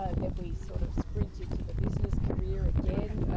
ah then we sort of sprint into the business career, again,